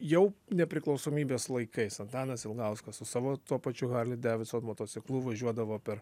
jau nepriklausomybės laikais antanas ilgauskas su savo tuo pačiu harli devidson motociklu važiuodavo per